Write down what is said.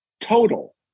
total